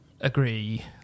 agree